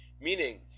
meaning